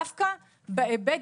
דווקא בהיבט הזה,